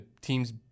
team's